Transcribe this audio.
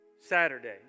Saturday